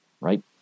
Right